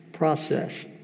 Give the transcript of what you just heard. process